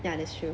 ya that's true